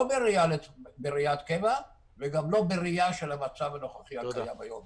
לא בראיית קבע וגם לא בראייה של המצב הנוכחי הקיים היום.